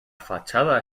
fachada